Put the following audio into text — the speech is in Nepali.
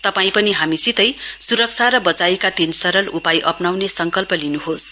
तपाई पनि हामीसितै सुरक्षा र बचाइका तीन सरल उपाय अप्नाउने संकल्प गर्नुहोस्